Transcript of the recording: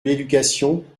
l’éducation